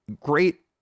Great